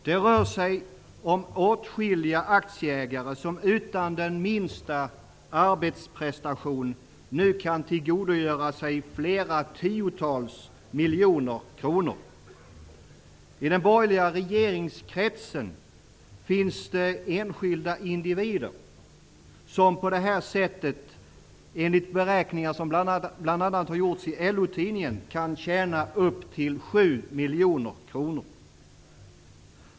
Det rör sig om åtskilliga aktieägare som utan minsta arbetsprestation nu kan tillgodogöra sig flera tiotals miljoner kronor. I den borgerliga regeringskretsen finns det enskilda individer som på det här sättet, enligt beräkningar som bl.a. har gjorts i LO tidningen, kan tjäna upp till 7 miljoner kronor.